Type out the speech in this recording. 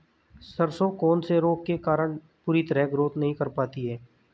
सरसों कौन से रोग के कारण पूरी तरह ग्रोथ नहीं कर पाती है?